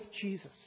Jesus